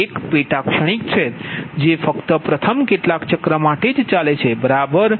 એ એક પેટા ક્ષણિક છે જે ફક્ત પ્રથમ કેટલાક ચક્ર માટે જ ચાલે છે બરાબર